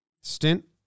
stint